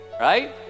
right